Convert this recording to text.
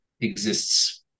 exists